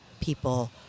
people